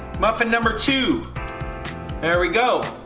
muffin number two there we go.